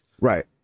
right